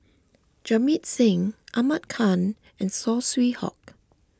Jamit Singh Ahmad Khan and Saw Swee Hock